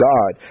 God